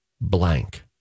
blank